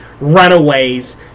Runaways